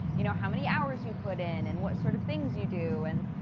you know, how many hours you put in, and what sort of things you do, and.